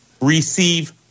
receive